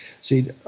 See